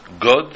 God